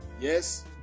Yes